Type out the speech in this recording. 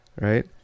right